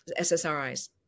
SSRIs